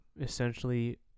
essentially